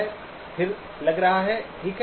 स्थिर लग रहा है ठीक है